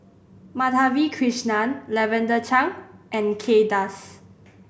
Madhavi Krishnan Lavender Chang and Kay Das